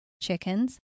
chickens